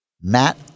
Matt